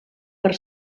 per